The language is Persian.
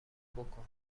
بکن